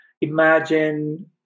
imagine